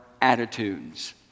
attitudes